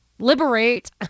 liberate